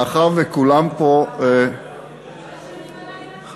מאחר שכולם פה, לא ישנים הלילה?